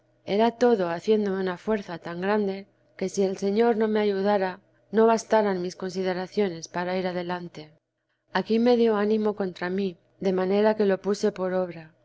era todo haciéndome una fuerza tan grande que si el señor no me ayudara no bastaran mis consideraciones para ir adelante aquí me dio ánimo contra mí de manera que lo puse por obra